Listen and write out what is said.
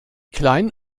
klein